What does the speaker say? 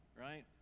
right